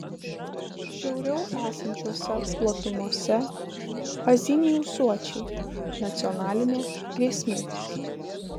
šiauriau esančiose platumose azijiniai ūsuočiai nacionalinė grėsmė